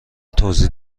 توضیح